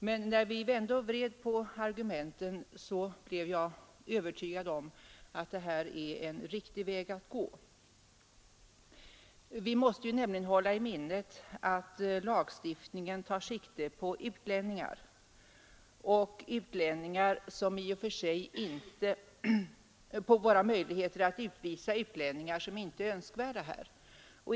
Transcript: Men när vi vände och vred på argumenten blev jag övertygad om att detta är en riktig väg att gå. Vi måste nämligen hålla i minnet att lagstiftningen tar sikte på utlänningar och på våra möjligheter att utvisa utlänningar som inte är önskvärda här.